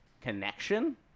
connection